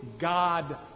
God